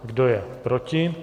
Kdo je proti?